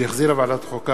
שהחזירה ועדת החוקה,